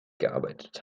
gearbeitet